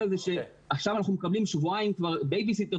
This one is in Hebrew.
זה שעכשיו אנחנו מקבלים שבועיים בייביסיטר.